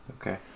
Okay